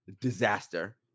disaster